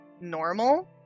normal